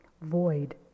void